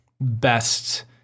best